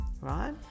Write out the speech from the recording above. right